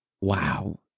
wow